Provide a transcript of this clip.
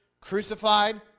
crucified